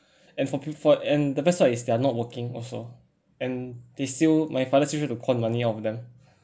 and for pe~ for and the best part is they are not working also and they still my father still try to con money out of them